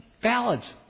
ballads